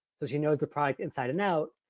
so she knows the product inside and out.